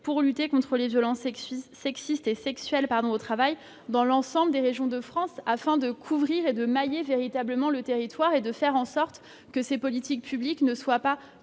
pour lutter contre les violences sexistes et sexuelles au travail dans l'ensemble des régions de France, afin de couvrir et de mailler véritablement le territoire. Il s'agit de faire en sorte que ces politiques publiques ne soient pas